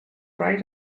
bright